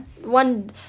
One